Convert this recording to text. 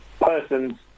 person's